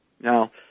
Now